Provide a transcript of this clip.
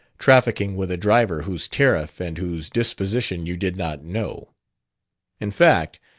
trafficking with a driver whose tariff and whose disposition you did not know in fact,